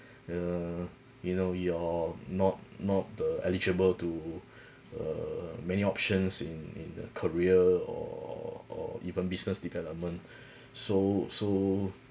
err you know you're not not the eligible to err many options in in the career or or or even business development so so